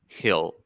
hill